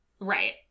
Right